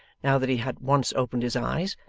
now that he had once opened his eyes,